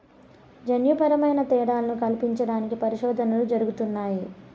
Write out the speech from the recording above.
జన్యుపరమైన తేడాలను కల్పించడానికి పరిశోధనలు జరుగుతున్నాయి